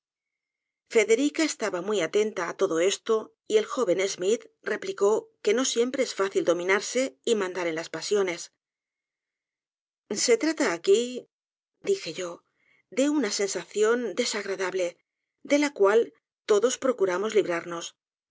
federica estaba muy atenta á todo esto y el joven schmidt replicó que no siempre es fácil dominarse y mandar en las pasiones se trata aquí dije yo de una sensación desagradable de la cual todos procuramos librarnos